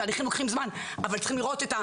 תהליכים לוקחים זמן אבל צריכים לראות,